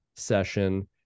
session